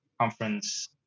conference